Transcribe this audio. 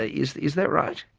ah is is that right?